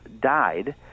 died